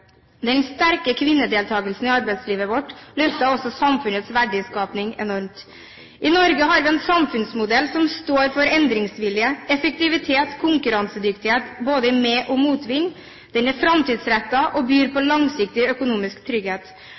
Den sterke kvinnedeltakelsen i arbeidslivet vårt løfter også samfunnets verdiskaping enormt. I Norge har vi en samfunnsmodell som står for endringsvilje, effektivitet og konkurransedyktighet både i med- og motvind. Den er framtidsrettet og byr på langsiktig økonomisk trygghet.